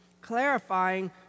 clarifying